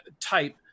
type